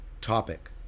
topic